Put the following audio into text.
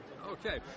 Okay